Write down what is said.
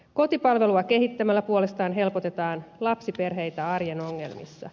kotipalvelua kehittämällä puolestaan helpotetaan lapsiperheitä arjen ongelmissa